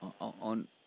on